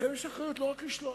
לכם יש אחריות לא רק לשלוט,